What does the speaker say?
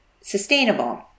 sustainable